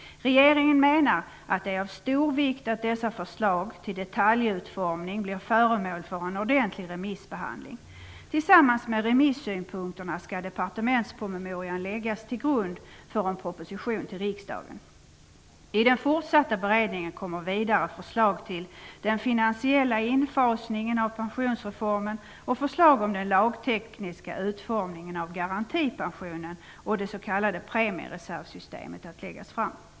Regeringen menar att det är av stor vikt att dessa förslag till detaljutformning blir föremål för en ordentlig remissbehandling. Tillsammans med remissynpunkterna skall departementspromemorian läggas till grund för en proposition till riksdagen. I den fortsatta beredningen kommer vidare förslag till den finansiella infasningen av pensionsreformen och förslag om den lagtekniska utformningen av garantipensionen och det s.k. premiereservsystemet att läggas fram.